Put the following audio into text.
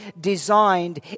designed